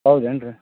ಹೌದೇನ್ರೀ